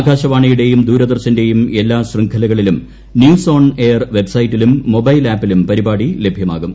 ആകാശവാണി യുടെയും ദൂരദശന്റെയും എല്ലാ ശൃംഖലകളിലും ന്യൂസ് ഓൺ എയർ വെബ്സൈറ്റിലും മൊബൈൽ ആപ്പിലും പരിപാടി ലഭ്യമാകും